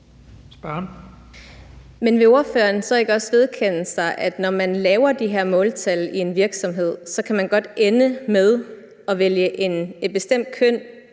Men vil ordføreren så ikke også vedkende, at når man laver de her måltal i en virksomhed, så kan man godt ende med at vælge et bestemt køn